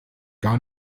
gar